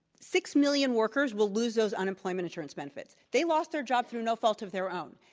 six million workers will lose those unemployment insurance benefits. they lost their job through no fault of their own.